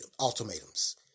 ultimatums